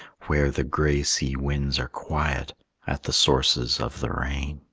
where the gray sea-winds are quiet at the sources of the rain.